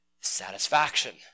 satisfaction